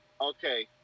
Okay